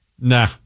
nah